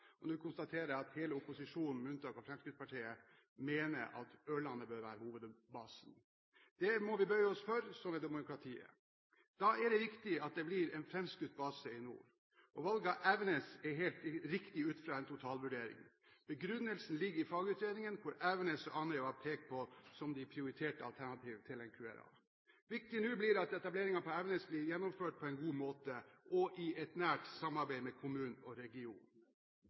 og nå konstaterer jeg at hele opposisjonen, med unntak av Fremskrittspartiet, mener at Ørland bør være hovedbase. Det må vi bøye oss for – slik er demokratiet. Da er det viktig at det blir en framskutt base i nord, og valget av Evenes er helt riktig, ut ifra en totalvurdering. Begrunnelsen ligger i fagutredningen, hvor Evenes og Andøya ble pekt på som de prioriterte alternativene til en QRA. Det viktige nå er at etableringen på Evenes blir gjennomført på en god måte og i et nært samarbeid med kommunen og regionen.